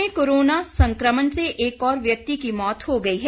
प्रदेश में कोरोना संकमण से एक और व्यक्ति की मौत हो गई है